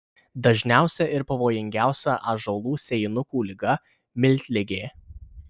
dažniausia ir pavojingiausia ąžuolų sėjinukų liga miltligė